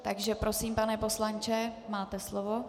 Takže prosím, pane poslanče, máte slovo.